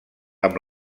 amb